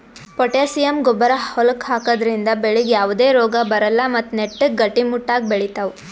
potassium ಗೊಬ್ಬರ್ ಹೊಲಕ್ಕ್ ಹಾಕದ್ರಿಂದ ಬೆಳಿಗ್ ಯಾವದೇ ರೋಗಾ ಬರಲ್ಲ್ ಮತ್ತ್ ನೆಟ್ಟಗ್ ಗಟ್ಟಿಮುಟ್ಟಾಗ್ ಬೆಳಿತಾವ್